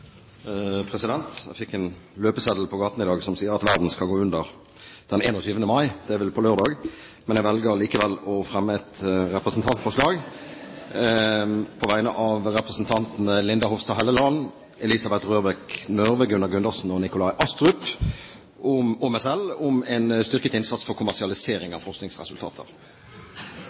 Jeg fikk en løpeseddel på gaten i dag som sier at verden skal gå under den 21. mai, det er på lørdag. Men jeg velger likevel å fremme et representantforslag på vegne av representantene Linda C. Hofstad Helleland, Elisabeth Røbekk Nørve, Gunnar Gundersen, Nikolai Astrup og meg selv om en styrket innsats for kommersialisering av forskningsresultater.